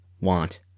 want